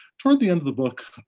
toward the end of the book,